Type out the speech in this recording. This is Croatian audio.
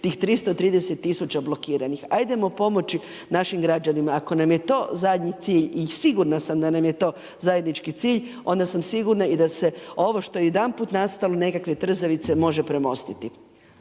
tih 330 tisuća blokiranih, ajdemo pomoći našim građanima. Ako nam je to zadnji cilj i sigurna sam da nam je to zajednički cilj onda sam sigurna da se i ovo što jedanput nastalo nekakve trzavice može premostiti.